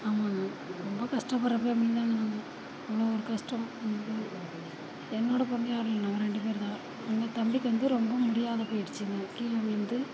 ஆமாங்க ரொம்ப கஷ்டப்பட்ற ஃபேமிலி தாங்க நாங்கள் அவ்வளோ ஒரு கஷ்டம் எங்களுக்கு என்னோடு பிறந்தது யாரும் இல்லைங்க நாங்கள் ரெண்டு பேரு தான் எங்கள் தம்பிக்கு வந்து ரொம்ப முடியாத போயிடிச்சுங்க கீழே விழுந்து